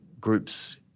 groups